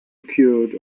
occurred